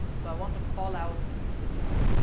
so i want to call out to john.